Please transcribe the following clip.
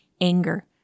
anger